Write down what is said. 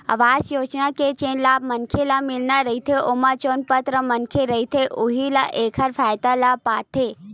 अवास योजना के जेन लाभ मनखे ल मिलना रहिथे ओमा जउन पात्र मनखे रहिथे उहीं ह एखर फायदा ल पाथे